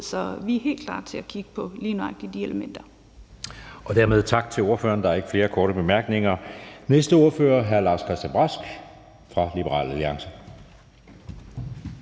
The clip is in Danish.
Så vi er helt klar til at kigge på lige nøjagtig de elementer. Kl. 11:07 Anden næstformand (Jeppe Søe): Dermed tak til ordføreren. Der er ikke flere korte bemærkninger. Næste ordfører er hr. Lars-Christian Brask fra Liberal Alliance.